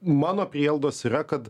mano prielaidos yra kad